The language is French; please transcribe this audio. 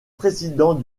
président